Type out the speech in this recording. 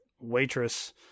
waitress